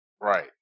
Right